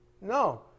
no